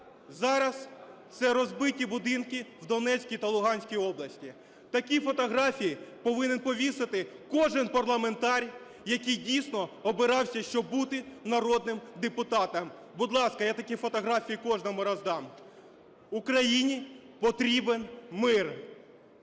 зараз це розбиті будинки в Донецькій та Луганській області. Такі фотографії повинен повісити кожен парламентар, який дійсно обирався, щоб бути народним депутатом. Будь ласка, я такі фотографії кожному роздам. Україні потрібен мир.